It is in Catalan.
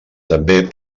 també